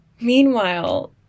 Meanwhile